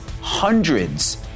hundreds